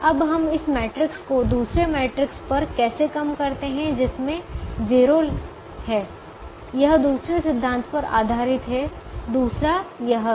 अब हम इस मैट्रिक्स को दूसरे मैट्रिक्स पर कैसे कम करते हैं जिसमें 0 है यह दूसरे सिद्धांत पर आधारित है दूसरा यह है